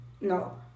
no